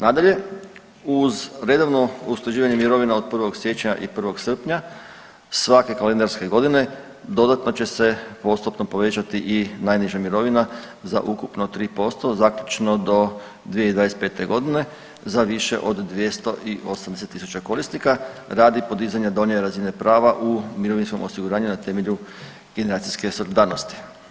Nadalje, uz redovno usklađivanje mirovina od 1. siječnja i 1. srpnja svake kalendarske godine dodatno će se postupno povećati i najniža mirovina za ukupno 3% zaključno do 2025.g. za više od 280 tisuća korisnika radi podizanja donje razine prava u mirovinskom osiguranju na temelju generacijske solidarnosti.